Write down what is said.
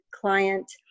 client